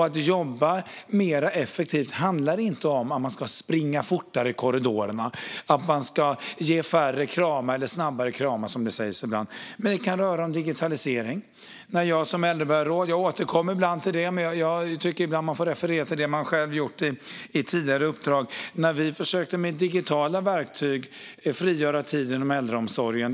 Att jobba mer effektivt handlar inte om att man ska springa fortare i korridorerna och att man ska ge färre kramar, som det sägs ibland. Men det kan röra sig om digitalisering. Jag återkommer ibland till min tid som äldreborgarråd, och jag tycker att man ibland får referera till det som man själv gjort i tidigare uppdrag. Vi försökte då med digitala verktyg frigöra tid inom äldreomsorgen.